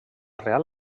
reial